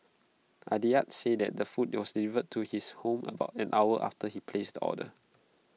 Aditya said that the food was delivered to his home about an hour after he placed the order